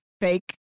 fake